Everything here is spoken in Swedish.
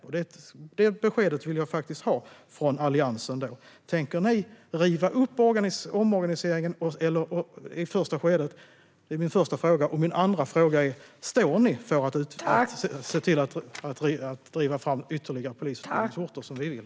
Jag vill ha besked om detta från Alliansen: Tänker ni riva upp omorganisationen? Står ni för att driva fram ytterligare polisutbildningsorter, vilket vi ju vill?